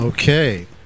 Okay